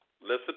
Listen